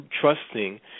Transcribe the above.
trusting